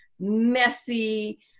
messy